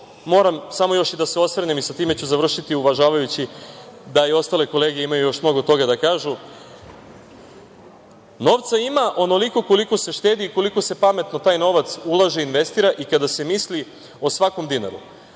šta još moram da se osvrnem i sa time ću završiti uvažavajući, da i ostale kolege imaju još mnogo toga da kažu, novca ima onoliko koliko se štedi i koliko se pametno taj novac ulaže i investira i kada se misli o svakom dinaru.